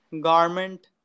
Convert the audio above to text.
garment